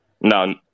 No